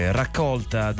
raccolta